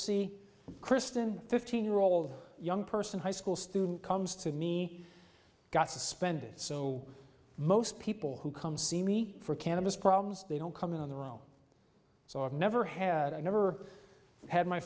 see kristen fifteen year old young person high school student comes to me got suspended so most people who come see me for cannabis problems they don't come in on their own so i've never had i never had my